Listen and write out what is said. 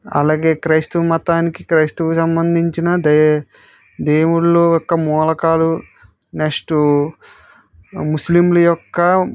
అలాగే క్రైస్తవ మతానికి క్రైస్తవ సంబంధించిన దే దేవుళ్ళు యొక్క మూలకాలు నెక్స్ట్ ముస్లింల యొక్క